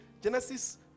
Genesis